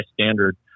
standard